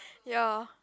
ya